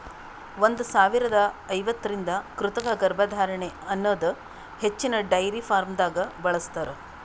ಒಂದ್ ಸಾವಿರದಾ ಐವತ್ತರಿಂದ ಕೃತಕ ಗರ್ಭಧಾರಣೆ ಅನದ್ ಹಚ್ಚಿನ್ದ ಡೈರಿ ಫಾರ್ಮ್ದಾಗ್ ಬಳ್ಸತಾರ್